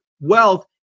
wealth